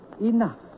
enough